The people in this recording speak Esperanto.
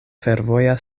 fervoja